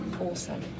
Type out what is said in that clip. awesome